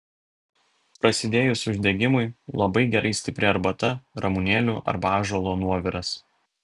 prasidėjus uždegimui labai gerai stipri arbata ramunėlių arba ąžuolo nuoviras